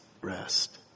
rest